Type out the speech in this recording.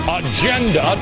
agenda